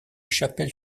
chapelle